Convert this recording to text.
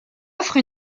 offre